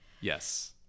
Yes